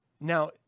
Now